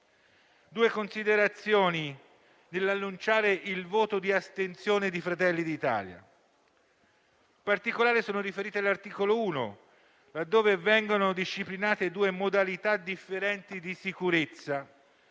due considerazioni nell'annunciare il voto di astensione di Fratelli d'Italia. In particolare, mi riferisco all'articolo 1, dove vengono disciplinate due modalità differenti di sicurezza;